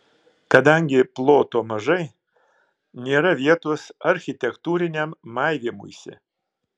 kadangi ploto mažai nėra vietos architektūriniam maivymuisi